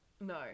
no